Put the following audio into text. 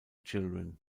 children